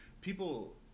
People